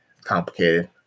complicated